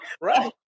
right